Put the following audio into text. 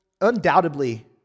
undoubtedly